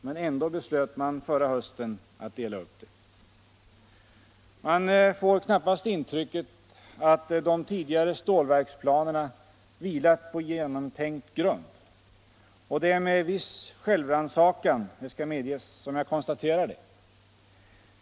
Men ändå beslöt man förra hösten att dela upp det. Detta ger knappast intrycket att de tidigare stålverksplanerna vilat på genomtänkt grund. Och det är med viss självrannsaken — det skall medges — som jag konstaterar det.